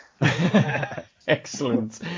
Excellent